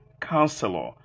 Counselor